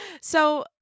So-